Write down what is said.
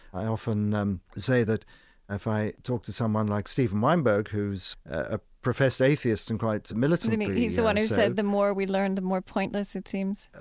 i often um say that if i talk to someone like steven weinberg, who's a professed atheist and quite militantly so, he's the one who said, the more we learn, the more pointless it seems?